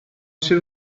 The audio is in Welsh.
sir